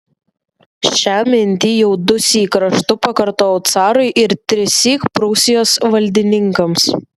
šią mintį jau dusyk raštu pakartojau carui ir trissyk prūsijos valdininkams